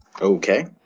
Okay